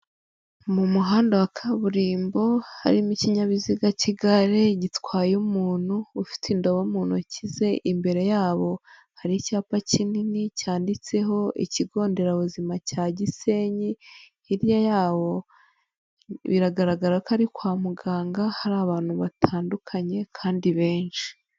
Mu muhanda wa kaburimbo harimo ikinyabiziga cy'igare gitwaye umuntu ufite indobo mu ntoki ze imbere yabo har' icyapa kinini cyanditseho ikigo nderabuzima cya gisenyi hirya yawo biragaragara ko ari kwa muganga hari abantu batandukanye kandi benshi.